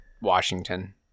Washington